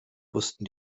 mussten